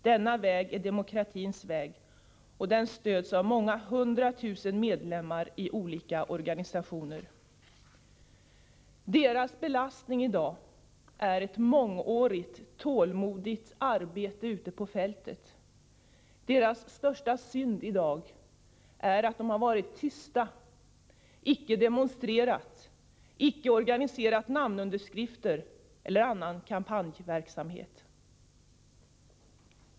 Denna väg är demokratins väg, och den stöds av många hundratusen medlemmar i olika organisationer. Deras belastning i dag är ett mångårigt, tålmodigt arbete ute på fältet. Deras största synd i dag är att de varit tysta, icke demonstrerat, icke organiserat namnunderskrifter eller annan kampanjverksamhet.